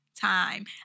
time